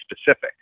specific